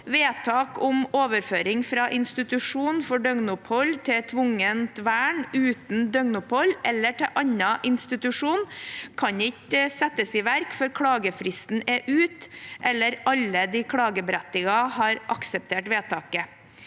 Vedtak om overføring fra institusjon for døgnopphold til tvungent vern uten døgnopphold eller til annen institusjon, kan ikke settes i verk før klagefristen er ute eller alle de klagerberettigede har akseptert vedtaket.